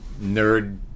nerd